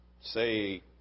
say